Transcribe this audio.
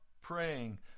praying